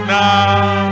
now